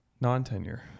non-tenure